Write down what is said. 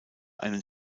einen